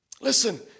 Listen